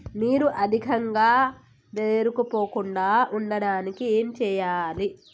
నీరు అధికంగా పేరుకుపోకుండా ఉండటానికి ఏం చేయాలి?